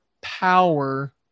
power